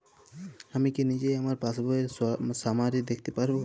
আমি কি নিজেই আমার পাসবইয়ের সামারি দেখতে পারব?